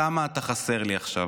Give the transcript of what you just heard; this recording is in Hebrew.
כמה אתה חסר לי עכשיו.